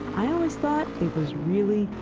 i always thought it was really,